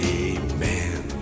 amen